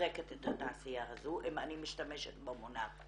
מחזקת את התעשייה הזאת אם אני משתמשת במונח.